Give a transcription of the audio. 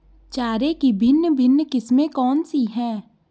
चारे की भिन्न भिन्न किस्में कौन सी हैं?